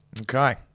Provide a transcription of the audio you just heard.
Okay